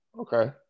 okay